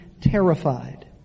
terrified